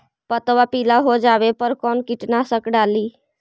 पतबा पिला हो जाबे पर कौन कीटनाशक डाली?